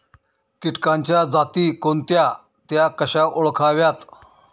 किटकांच्या जाती कोणत्या? त्या कशा ओळखाव्यात?